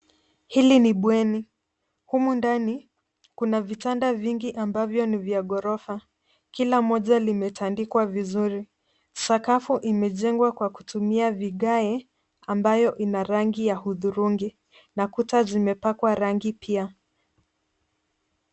Hili ni bweni. Humu ndani, kuna vitanda vingi ambavyo ni vya ghorofa. Kila moja limetandikwa vizuri. Sakafu imejengwa kwa kutumia vigae, ambayo ina rangi ya hudhurungi, na kuta zimepakwa rangi pia.